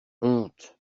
honte